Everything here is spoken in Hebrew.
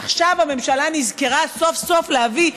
עכשיו הממשלה נזכרה סוף-סוף להביא,